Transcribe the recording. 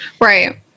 Right